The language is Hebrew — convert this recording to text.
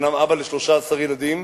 אומנם אבא ל-13 ילדים,